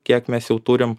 kiek mes jau turim